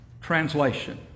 translation